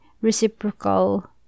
reciprocal